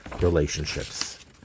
relationships